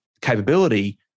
capability